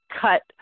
cut